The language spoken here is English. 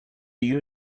you